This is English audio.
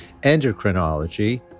endocrinology